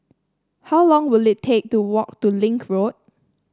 how long will it take to walk to Link Road